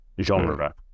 genre